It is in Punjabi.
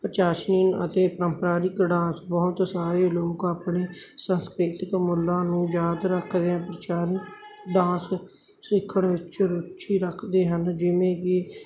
ਚਾਸ਼ਨੀ ਅਤੇ ਪ੍ਰੰਪਰਾਰੀਕ ਡਾਂਸ ਬਹੁਤ ਸਾਰੇ ਲੋਕ ਆਪਣੇ ਸੰਸਕ੍ਰਿਤਿਕ ਮੁੱਲਾਂ ਨੂੰ ਯਾਦ ਰੱਖਦਿਆਂ ਵਿਚਾਰਨ ਡਾਂਸ ਸਿੱਖਣ ਵਿੱਚ ਰੁਚੀ ਰੱਖਦੇ ਹਨ ਜਿਵੇਂ ਕਿ